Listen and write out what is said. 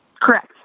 Correct